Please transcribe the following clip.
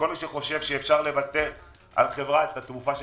כל מי שחושב שאפשר לוותר על חברת התעופה של